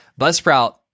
Buzzsprout